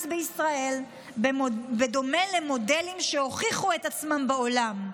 בישראל בדומה למודלים שהוכיחו את עצמם בעולם.